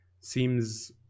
seems